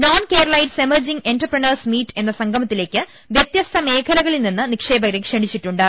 non Keralites emerging entrepreneurs meet എന്ന സംഗമത്തിലേക്ക് വൃത്യസ്ത മേഖലകളിൽ നിന്ന് നിക്ഷേ പകരെ ക്ഷണിച്ചിട്ടുണ്ട്